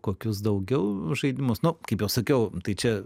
kokius daugiau žaidimus nu kaip jau sakiau tai čia